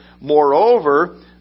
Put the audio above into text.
moreover